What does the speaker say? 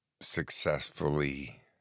successfully